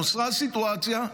נוצרה סיטואציה,